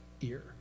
ear